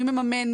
מי מממן,